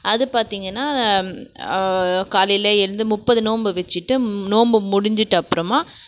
அது பார்த்திங்கனா காலையில் எழுந்து முப்பது நோன்பு வச்சுட்டு நோன்பு முடிஞ்சிட்ட அப்புறமா